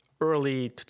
early